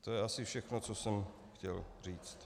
To je asi všechno, co jsem chtěl říct.